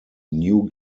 new